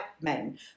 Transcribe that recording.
men